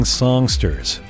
songsters